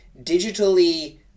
digitally